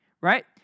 right